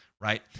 Right